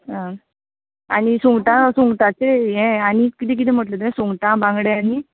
आनी सुंगटां सुंगटाचीं हें आनी कितें कितें म्हटलें तुंयें सुंगटां बांगडे आनी